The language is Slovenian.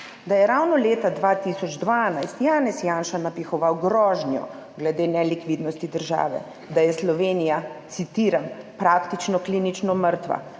da je ravno leta 2012 Janez Janša napihoval grožnjo glede nelikvidnosti države, da je Slovenija, citiram, »praktično klinično mrtva«.